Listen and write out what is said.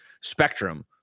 spectrum